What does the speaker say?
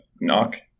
knock